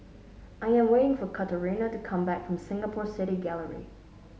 I am waiting for Katarina to come back from Singapore City Gallery